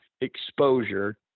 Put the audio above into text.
exposure